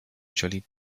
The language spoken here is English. usually